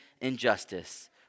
injustice